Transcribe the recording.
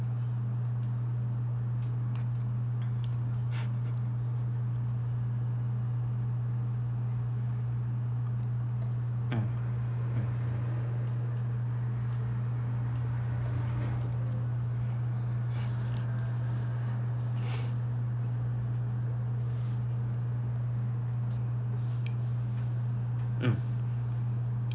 mm mm mm